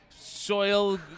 Soil